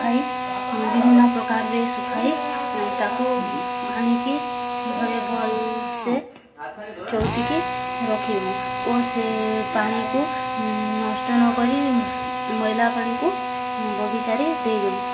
ଶୁଖାଇ ବିଭିନ୍ନ ପ୍ରକାରରେ ଶୁଖାଇ ତାକୁ ଆଣିକି ଘରେ ଭଲସେ ଚଉତିକି ରଖିଦଉ ଓ ସେ ପାଣିକୁ ନଷ୍ଟ ନକରି ମଇଲା ପାଣିକୁ ବଗିଚାରେ ଦେଇଦଉ